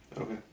Okay